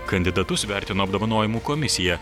kandidatus vertino apdovanojimų komisija